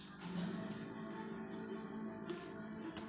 ನಮ್ ಮನ್ಯಾಗ ಒಬ್ರಿಗೆ ಅರವತ್ತ ವರ್ಷ ಆಗ್ಯಾದ ಅವ್ರಿಗೆ ಪಿಂಚಿಣಿ ಹೆಂಗ್ ಮಾಡ್ಸಬೇಕ್ರಿ ಸಾರ್?